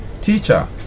Teacher